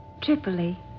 Tripoli